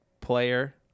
player